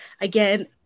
again